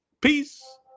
Peace